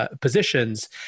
positions